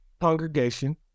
congregation